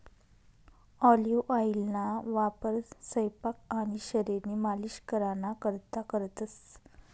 olive ऑइलना वापर सयपाक आणि शरीरनी मालिश कराना करता करतंस